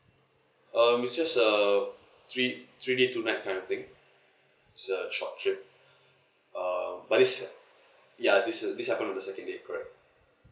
um it's just a three three day two night kind of thing it's a short trip um but this ya this is this are on the second day